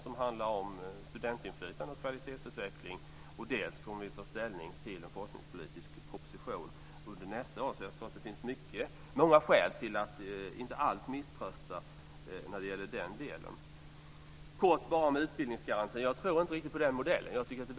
Den handlar om studentinflytande och kvalitetsutveckling. Dessutom kommer vi att ta ställning till en forskningspolitisk proposition under nästa år. Jag tror att det finns många skäl till att inte alls misströsta när det gäller den delen. Kort bara om utbildningsgarantin. Jag tror inte riktigt på den modellen.